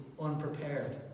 unprepared